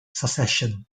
succession